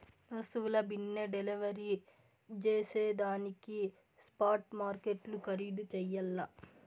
వస్తువుల బిన్నే డెలివరీ జేసేదానికి స్పాట్ మార్కెట్లు ఖరీధు చెయ్యల్ల